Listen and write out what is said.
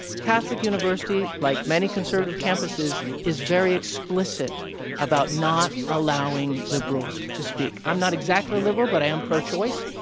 catholic university, like many conservative campuses, is very explicit about not allowing liberals to speak. i'm not exactly a liberal, but i am pro choice.